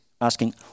asking